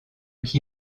qui